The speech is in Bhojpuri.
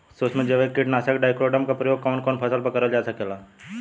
सुक्ष्म जैविक कीट नाशक ट्राइकोडर्मा क प्रयोग कवन कवन फसल पर करल जा सकेला?